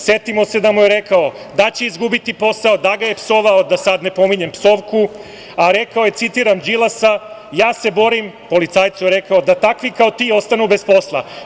Setimo se da mu je rekao da će izgubiti posao, da ga je psovao, da sad ne pominjem psovku, a rekao je, citiram Đilasa: „Ja se borim…“ policajcu je rekao „…da takvi kao ti ostanu bez posla“